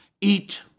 eat